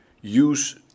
use